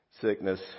sickness